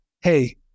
hey